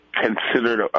considered